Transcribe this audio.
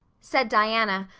said diana,